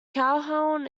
calhoun